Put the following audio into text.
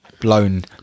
blown